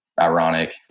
Ironic